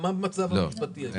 מה המצב המשפטי?